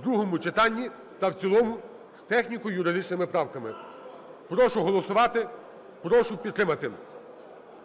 в другому читанні та в цілому з техніко-юридичними правками. Прошу голосувати. Прошу підтримати.